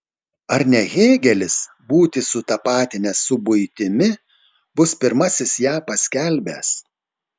ar ne hėgelis būtį sutapatinęs su buitimi bus pirmasis ją paskelbęs